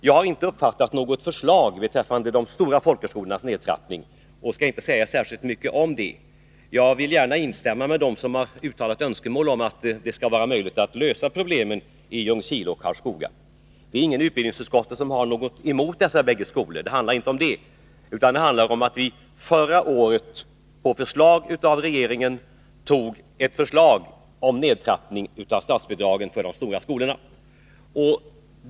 Jag har inte uppfattat något förslag beträffande de stora folkhögskolornas nedtrappning och skall inte säga särskilt mycket om det. Jag vill gärna instämma med dem som har uttalat önskemål om att det skall vara möjligt att lösa problemen i Ljungskile och Karlskoga. Det är ingen i utbildningsutskottet som har något emot dessa bägge skolor — det handlar inte om det, utan det handlar om att vi förra året på förslag av regeringen beslöt trappa ned statsbidragen till de stora skolorna.